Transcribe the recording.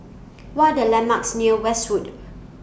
What Are The landmarks near Westwood